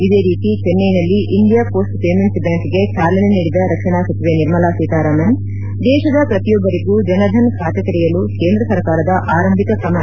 ಇದೇ ರೀತಿ ಚೆನ್ನೈನಲ್ಲಿ ಇಂಡಿಯಾ ಪೋಸ್ಟ್ ಪೇಮೆಂಟ್ಲ್ ಬ್ಯಾಂಕ್ಗೆ ಚಾಲನೆ ನೀಡಿದ ರಕ್ಷಣಾ ಸಚಿವೆ ನಿರ್ಮಲಾ ಸೀತಾರಾಮನ್ ದೇಶದ ಪ್ರತಿಯೊಬ್ಬರಿಗೂ ಜನ್ಧನ್ ಖಾತೆ ತೆರೆಯಲು ಕೇಂದ್ರ ಸರ್ಕಾರದ ಆರಂಭಿಕ ತ್ರಮ ಇದಾಗಿದೆ